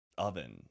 oven